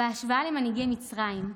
בהשוואה למנהיגי מצרים,